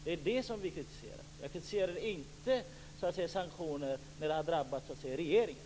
Det är det som vi kritiserar, inte sanktioner som har drabbat regeringen.